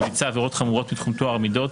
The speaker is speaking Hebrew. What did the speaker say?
ביצע עבירות חמורות מתחום טוהר המידות,